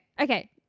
okay